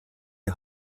die